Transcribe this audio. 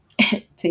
take